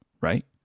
right